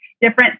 different